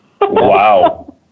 Wow